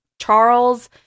Charles